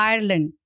Ireland